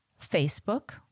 Facebook